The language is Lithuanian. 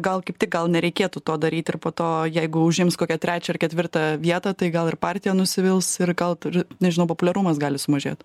gal kaip tik gal nereikėtų to daryti ir po to jeigu užims kokią trečią ar ketvirtą vietą tai gal ir partija nusivils ir gal nežinau populiarumas gali sumažėt